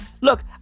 Look